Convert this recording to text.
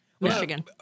Michigan